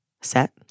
Set